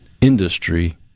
industry